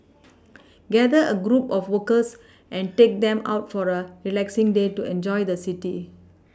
gather a group of workers and take them out for a relaxing day to enjoy the city